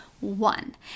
one